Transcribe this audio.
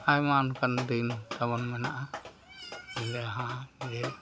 ᱟᱭᱢᱟ ᱚᱱᱠᱟᱱ ᱫᱤᱱ ᱛᱟᱵᱚᱱ ᱢᱮᱱᱟᱜᱼᱟ ᱡᱟᱦᱟᱸᱜᱮ